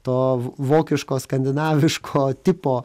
to vokiško skandinaviško tipo